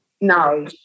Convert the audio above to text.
No